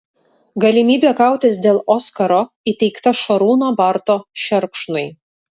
galimybė kautis dėl oskaro įteikta šarūno barto šerkšnui